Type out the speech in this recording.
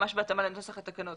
מש בהתאמה לנוסח התקנות.